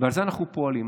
ועל זה אנחנו פועלים.